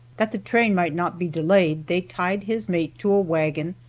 that the train might not be delayed, they tied his mate to a wagon,